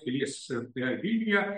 pilies vilniuje